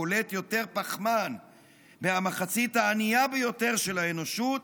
פולט יותר פחמן מהמחצית הענייה ביותר של האנושות,